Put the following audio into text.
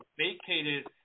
vacated